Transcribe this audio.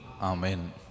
Amen